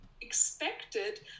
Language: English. expected